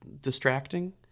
distracting